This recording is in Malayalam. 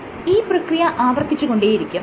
ഈ പ്രക്രിയ ആവർത്തിച്ച് കൊണ്ടേയിരിക്കും